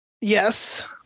Yes